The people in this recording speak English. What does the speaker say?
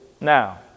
Now